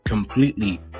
completely